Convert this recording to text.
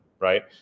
right